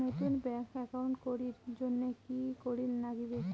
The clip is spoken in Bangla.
নতুন ব্যাংক একাউন্ট করির জন্যে কি করিব নাগিবে?